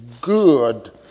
good